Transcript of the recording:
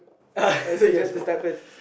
you have to start first